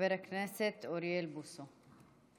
חבר הכנסת אוריאל בוסו.